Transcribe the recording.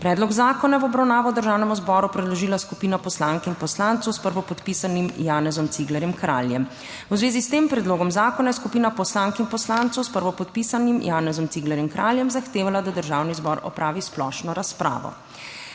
Predlog zakona je v obravnavo Državnemu zboru predložila skupina poslank in poslancev s prvopodpisanim Janezom Ciglerjem Kraljem. V zvezi s tem predlogom zakona je skupina poslank in poslancev s prvopodpisanim Janezom Ciglerjem Kraljem zahtevala, da Državni zbor opravi splošno razpravo.